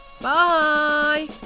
Bye